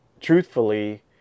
truthfully